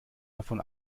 davon